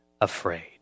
afraid